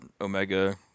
Omega